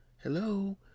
Hello